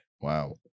Wow